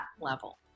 level